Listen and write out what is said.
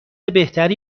بهتری